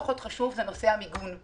קושניר לי חשוב שזה יעבור היום,